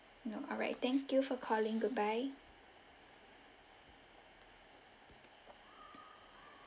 no alright thank you for calling goodbye